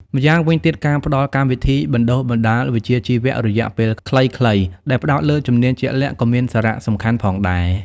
ម្យ៉ាងវិញទៀត ការផ្តល់កម្មវិធីបណ្តុះបណ្តាលវិជ្ជាជីវៈរយៈពេលខ្លីៗដែលផ្តោតលើជំនាញជាក់លាក់ក៏មានសារៈសំខាន់ផងដែរ។